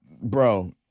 bro